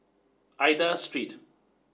Aida Street